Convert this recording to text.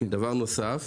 דבר נוסף: